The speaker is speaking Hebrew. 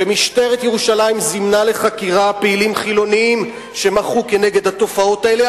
משטרת ירושלים זימנה לחקירה פעילים חילונים שמחו נגד התופעות האלה,